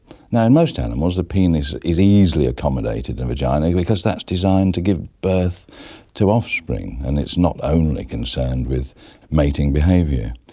now, in most animals the penis is easily accommodated in the vagina because that's designed to give birth to offspring and it's not only concerned with mating behaviour,